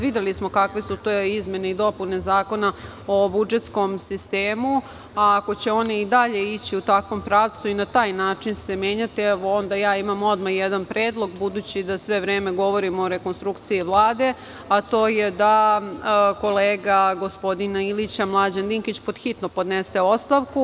Videli smo kakve su to izmene i dopune Zakona o budžetskom sistemu, a ako će one i dalje ići i takvom pravcu i na taj način se menjati, evo, onda imam odmah jedan predlog, budući da sve vreme govorimo o rekonstrukciji Vlade, a to je da kolega gospodina Ilića, Mlađan Dinkić, pod hitno podnese ostavku.